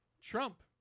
Trump